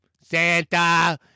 Santa